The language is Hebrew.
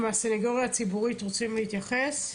מהסנגוריה הציבורית רוצים להתייחס?